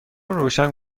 روشن